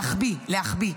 להחביא, להחביא.